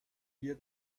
wir